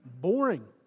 boring